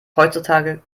heutzutage